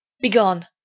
begone